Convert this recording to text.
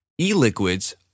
E-liquids